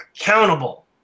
accountable